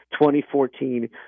2014